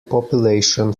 population